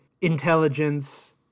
intelligence